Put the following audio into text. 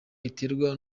iterwa